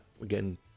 Again